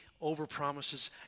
over-promises